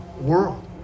world